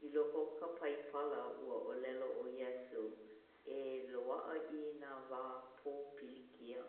i loko o ka paipala, ua ʻōlelo ʻo Iesu e loaʻa i nā wā pōpilikia.